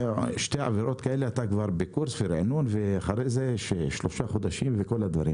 2 עבירות כאלה אתה כבר בקורס ריענון ואחר כך 3 חודשים וכל מה שכרוך